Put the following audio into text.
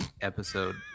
episode